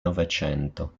novecento